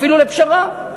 אפילו לפשרה,